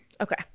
Okay